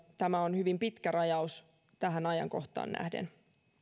tämä on hyvin pitkä rajaus tähän ajankohtaan nähden